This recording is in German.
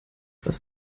was